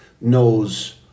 knows